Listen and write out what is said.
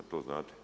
To znate?